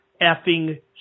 effing